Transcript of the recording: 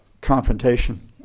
confrontation